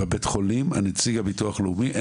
בבית החולים בו אתם מטופלים,